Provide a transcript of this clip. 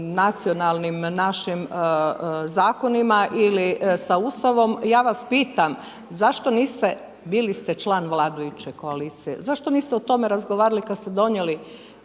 nacionalnim našim zakonima ili sa Ustavom, ja vas pitam zašto niste, bili ste član vladajuće koalicije, zašto niste o tome razgovarali kad ste donijeli